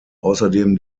außerdem